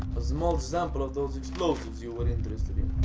a small sample of those explosives you were interested in.